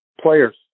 players